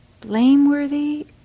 Blameworthy